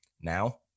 now